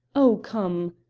oh, come!